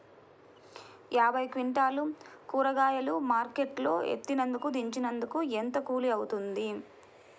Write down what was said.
యాభై క్వింటాలు కూరగాయలు మార్కెట్ లో ఎత్తినందుకు, దించినందుకు ఏంత కూలి అవుతుంది?